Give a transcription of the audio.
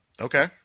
Okay